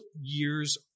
year's